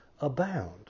abound